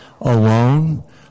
alone